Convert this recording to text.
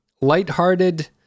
lighthearted